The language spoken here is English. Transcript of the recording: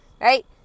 right